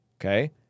Okay